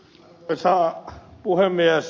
arvoisa puhemies